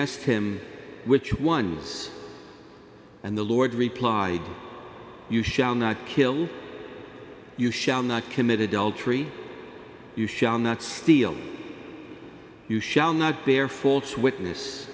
asked him which one and the lord replied you shall not kill you shall not commit adultery you shall not steal you shall not bear false witness